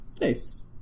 Nice